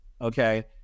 okay